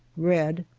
red,